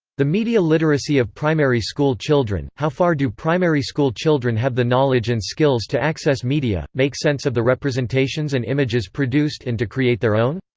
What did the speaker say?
the media literacy of primary school children how far do primary school children have the knowledge and skills to access media, make sense of the representations and images produced and to create their own?